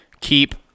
keep